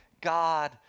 God